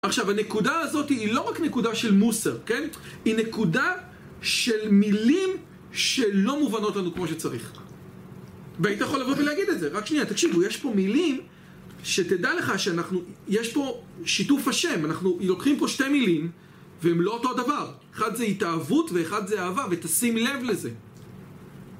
עכשיו הנקודה הזאת היא לא רק נקודה של מוסר, כן? היא נקודה של מילים שלא מובנות לנו כמו שצריך והיית יכול לבוא ולהגיד את זה רק שנייה, תקשיבו יש פה מילים, שתדע לך שיש פה שיתוף השם אנחנו לוקחים פה שתי מילים והם לא אותו הדבר אחד זה התאהבות ואחד זה אהבה ותשים לב לזה.